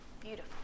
Beautiful